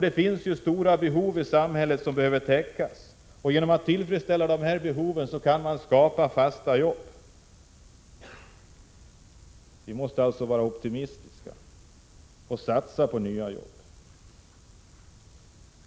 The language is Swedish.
Det finns ju stora behov i samhället som behöver täckas, och genom att tillfredsställa dem kan man skapa fasta jobb. Vi måste alltså vara optimistiska och satsa på nya jobb.